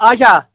اچھا